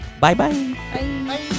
Bye-bye